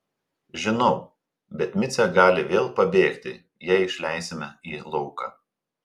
žinau bet micė gali vėl pabėgti jei išleisime į lauką